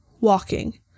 walking